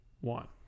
one